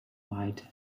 white